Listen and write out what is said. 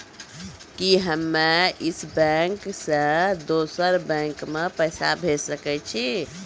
कि हम्मे इस बैंक सें दोसर बैंक मे पैसा भेज सकै छी?